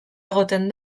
egoten